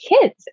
kids